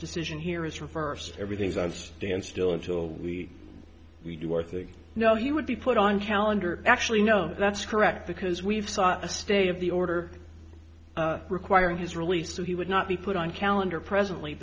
decision here is reversed everything's i stand still until we we do our thing no he would be put on calendar actually no that's correct because we've thought the state of the order requiring his release so he would not be put on calendar presently